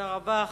תודה רבה.